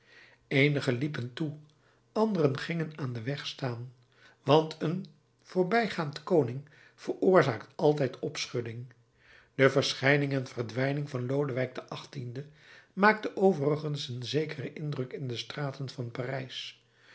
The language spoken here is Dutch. eenigen liepen toe anderen gingen aan den weg staan want een voorbijgaand koning veroorzaakt altijd opschudding de verschijning en verdwijning van lodewijk xviii maakte overigens een zekeren indruk in de straten van parijs